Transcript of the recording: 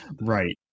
right